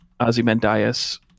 ozymandias